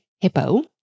Hippo